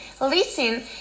listen